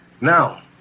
Now